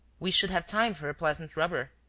we should have time for a pleasant rubber.